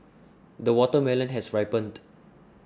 the watermelon has ripened